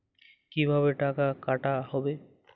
কিভাবে টাকা কাটা হবে?